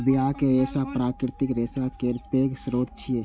बियाक रेशा प्राकृतिक रेशा केर पैघ स्रोत छियै